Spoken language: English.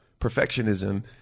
perfectionism